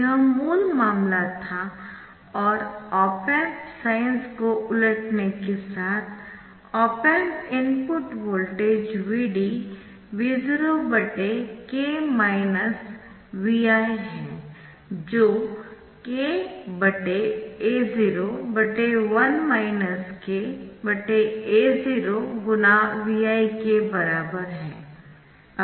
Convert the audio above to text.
यह मूल मामला था और ऑप एम्प साइन्स को उलटने के साथ op amp input voltage Vd Vo k Vi है जो k Ao1 k Ao×Vi के बराबर है